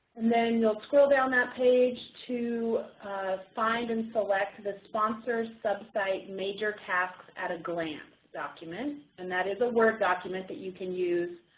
then you'll scroll down that page to find and select the sponsor's sub-site, major tasks at a glance document. and that is a word document that you can use